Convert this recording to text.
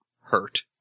hurt